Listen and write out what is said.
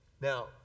Now